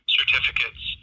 certificates